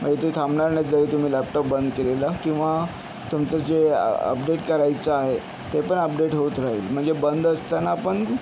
म्हणजे ते थांबणार नाहीत जरी तुम्ही लॅपटॉप बंद केलेलं किंवा तुमचं जे अपडेट करायचं आहे ते पण अपडेट होतं राहील म्हणजे बंद असताना पण